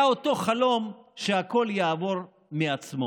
היה אותו חלום שהכול יעבור מעצמו.